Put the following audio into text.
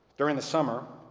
during the summer,